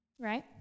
Right